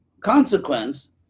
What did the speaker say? consequence